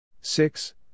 six